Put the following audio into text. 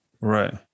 Right